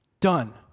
done